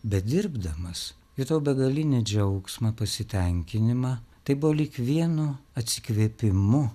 bedirbdamas jutau begalinį džiaugsmą pasitenkinimą tai buvo lyg vienu atsikvėpimu